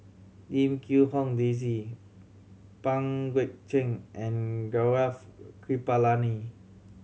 Lim Quee Hong Daisy Pang Guek Cheng and Gaurav Kripalani